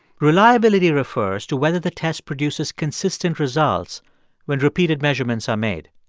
reliability refers to whether the test produces consistent results when repeated measurements are made.